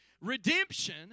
Redemption